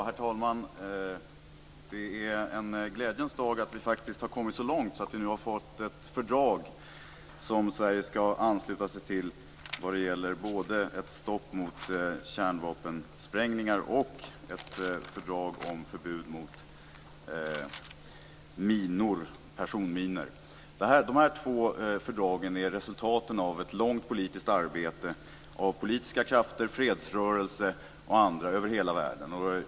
Herr talman! Det är en glädjens dag nu när vi faktiskt har kommit så långt att vi har fått ett fördrag som Sverige skall ansluta sig till som gäller ett stopp mot kärnvapensprängningar och ett fördrag om förbud mot personminor. De här två fördragen är resultaten av ett långt politiskt arbete från politiska krafter, fredsrörelse och andra över hela världen.